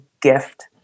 gift